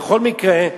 בכל מקרה,